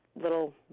little